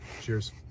cheers